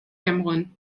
cameroun